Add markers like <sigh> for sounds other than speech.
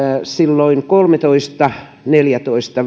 silloin vuosina kolmetoista neljätoista <unintelligible>